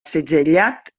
segellat